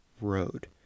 road